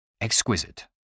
Exquisite